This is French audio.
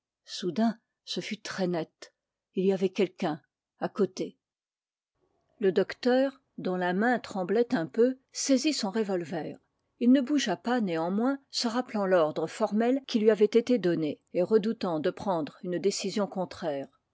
soudain ce fut très net il y avait quelqu'un à côté le docteur dont la main tremblait un peu saisit son revolver il ne bougea pas néanmoins se rappelant l'ordre formel qui lui avait été donné et redoutant de prendre une décision contraire